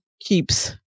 keeps